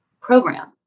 program